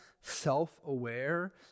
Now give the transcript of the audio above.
self-aware